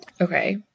Okay